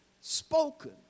spoken